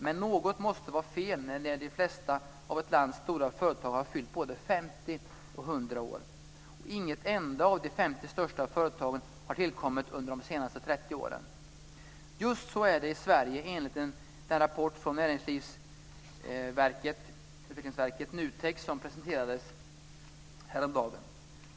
Men något måste vara fel när de flesta av ett lands stora företag har fyllt både 50 och 100 år, och inget enda av de 50 största företagen har tillkommit under de senaste 30 åren. Just så är det i Sverige enligt den rapport från Verket för näringslivsutveckling, NUTEK, som presenterades häromdagen.